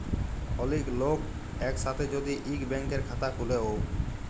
ওলেক লক এক সাথে যদি ইক ব্যাংকের খাতা খুলে ও